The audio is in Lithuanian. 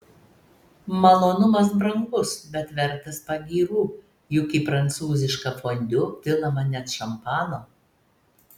malonumas brangus bet vertas pagyrų juk į prancūzišką fondiu pilama net šampano